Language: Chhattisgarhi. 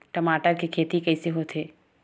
टमाटर के खेती कइसे होथे?